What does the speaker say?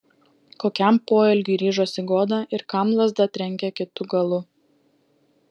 kokiam poelgiui ryžosi goda ir kam lazda trenkė kitu galu